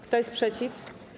Kto jest przeciw?